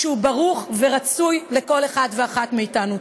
שהוא ברוך ורצוי לכל אחד ואחת מאתנו.